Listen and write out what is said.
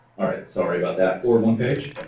all right, sorry about that. forward one page.